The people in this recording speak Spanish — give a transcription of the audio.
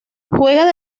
juega